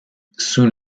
soon